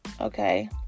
Okay